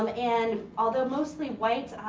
um and although mostly white,